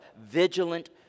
vigilant